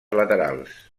laterals